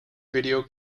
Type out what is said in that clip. video